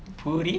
பூரி:poori